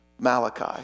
Malachi